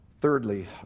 Thirdly